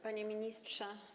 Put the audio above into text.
Panie Ministrze!